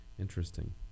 interesting